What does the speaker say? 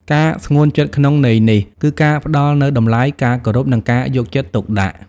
ការស្ងួនចិត្តក្នុងន័យនេះគឺការផ្តល់នូវតម្លៃ ការគោរព និងការយកចិត្តទុកដាក់។